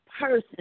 person